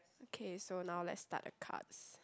okay so now let's start the cards